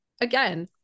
Again